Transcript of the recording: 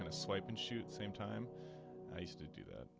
and swiping shoot same time race to do that,